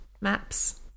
maps